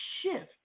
shift